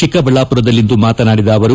ಚಿಕ್ಕಬಳ್ಳಾಪುರದಲ್ಲಿಂದು ಮಾತನಾಡಿದ ಅವರು